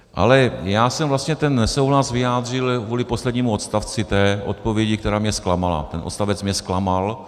Ale já jsem vlastně ten nesouhlas vyjádřil kvůli poslednímu odstavci té odpovědi, která mě zklamala, ten odstavec mě zklamal.